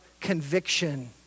conviction